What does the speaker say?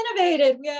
innovated